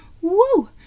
woo